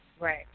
Right